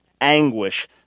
anguish